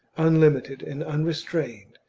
unlimited and un restrained,